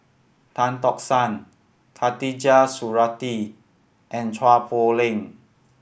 Tan Tock San Khatijah Surattee and Chua Poh Leng